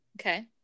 Okay